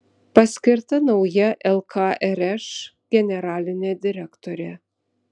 paskirta nauja lkrš generalinė direktorė